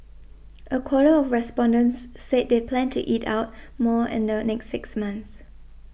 a quarter of respondents said they plan to eat out more in the next six months